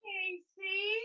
Casey